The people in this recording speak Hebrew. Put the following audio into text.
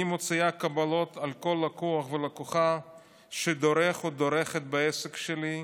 אני מוציאה קבלות על כל לקוח ולקוחה שדורך או דורכת בעסק שלי,